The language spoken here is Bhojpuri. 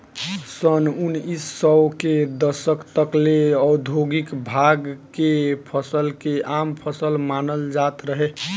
सन उनऽइस सौ के दशक तक ले औधोगिक भांग के फसल के आम फसल मानल जात रहे